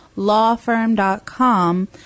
lawfirm.com